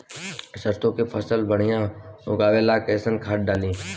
सरसों के फसल बढ़िया उगावे ला कैसन खाद डाली?